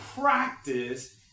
practice